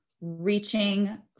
reaching